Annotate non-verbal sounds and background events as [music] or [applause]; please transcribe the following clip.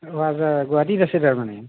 অঁ [unintelligible] গুৱাহাটীত আছে তাৰমানে